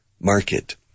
market